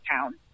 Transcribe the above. town